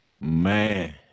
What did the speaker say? Man